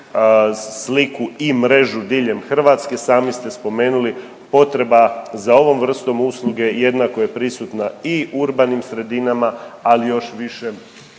sliku i mrežu diljem Hrvatske i sami ste spomenuli potreba za ovom vrstom usluge jednako je prisutna i u urbanim sredinama, ali još više